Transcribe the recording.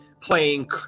playing